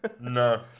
No